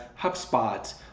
HubSpot